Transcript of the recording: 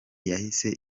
yahise